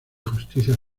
justicia